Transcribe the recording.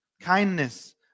kindness